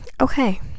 okay